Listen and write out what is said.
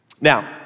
Now